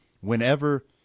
Whenever